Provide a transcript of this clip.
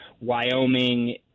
wyoming